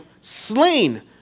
slain